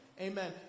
Amen